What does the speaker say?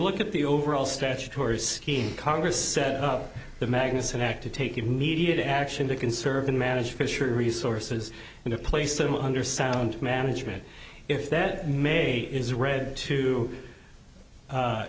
look at the overall statutory scheme congress set up the magnuson act to take immediate action to conserve and manage fisher resources and to place them under sound management if that may is read to